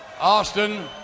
Austin